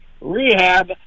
rehab